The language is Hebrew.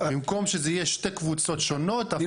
במקום שזה יהיה שתי קבוצות שונות --- אני